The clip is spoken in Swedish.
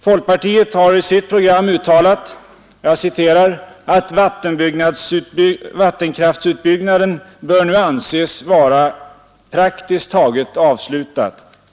Folkpartiet har i sitt program uttalat: ”Vattenkraftsutbyggnaden bör nu anses vara praktiskt taget avslutad.